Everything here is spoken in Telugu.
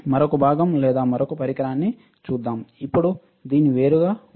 మరొక భాగం లేదా మరొక పరికరాన్ని చూద్దాంఇప్పుడు దీన్ని వేరుగా ఉంచండి